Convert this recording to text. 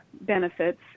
benefits